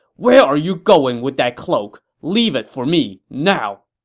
where are you going with that cloak! leave it for me, now!